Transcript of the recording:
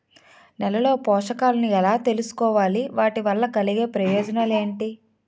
నేలలో పోషకాలను ఎలా తెలుసుకోవాలి? వాటి వల్ల కలిగే ప్రయోజనాలు ఏంటి?